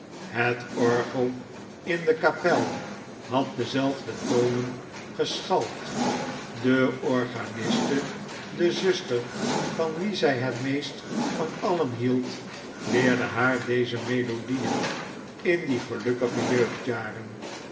het orgel in de kapel had dezelfde tonen geschald de organiste de zuster van wie zij het meest van alien hield leerde haar deze melodieen in die gelukkige jeugdjaren